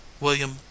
William